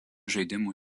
žaidimų